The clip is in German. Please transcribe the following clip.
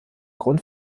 grund